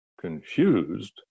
confused